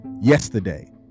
Yesterday